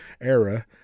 era